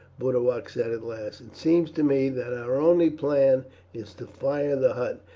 boduoc said at last. it seems to me that our only plan is to fire the hut,